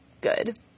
good